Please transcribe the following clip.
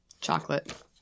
Chocolate